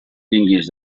tingues